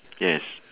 yes